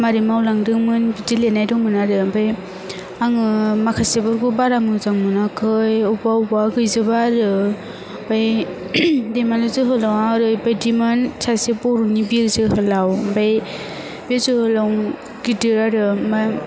मारै मावलांदोंमोन बिदि लेदनाय दंमोन आरो आमफाय आङो माखासेफोरखौ बारा मोजां मोनाखै अब्बा अब्बा गैजोबा आरो फाय दैमालु जोहोलावा ओरैबायदिमोन सासे बर'नि बिर जोहोलाव आमफाय बे जोहोलाव गिदिर आरो माय